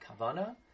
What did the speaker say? Kavana